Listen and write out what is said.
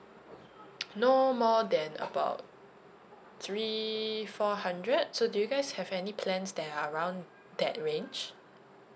no more than about three four hundred so do you guys have any plans that are around that range